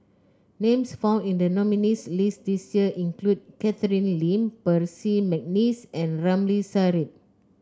names found in the nominees' list this year include Catherine Lim Percy McNeice and Ramli Sarip